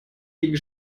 gegen